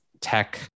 tech